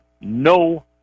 no